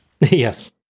Yes